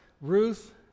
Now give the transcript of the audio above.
Ruth